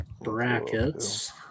brackets